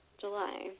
July